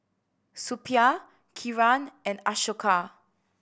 Suppiah Kiran and Ashoka